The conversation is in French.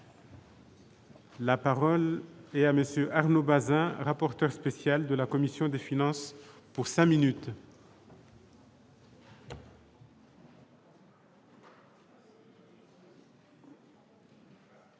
La parole est à monsieur Arnaud Bazin, rapporteur spécial de la commission des finances pour sa minute.